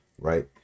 right